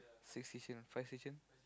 six station five station